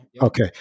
Okay